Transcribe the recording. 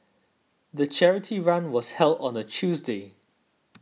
the charity run was held on a Tuesday